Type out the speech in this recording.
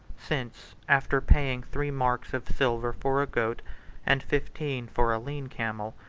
since, after paying three marks of silver for a goat and fifteen for a lean camel,